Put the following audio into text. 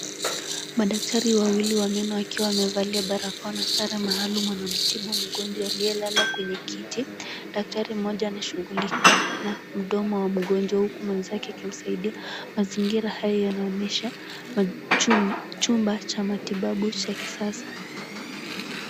Madaktari wawili wa meno wakiwa wamevalia barakoa na sare maalum wanamtibu mgonjwa aliyelala kwenye kiti. Daktari mmoja anashughulika na mdomo wa mgonjwa huku mwenzake akimsaidia. Mazingira haya yanaonyesha chumba cha matibabu cha kisasa.